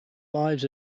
lives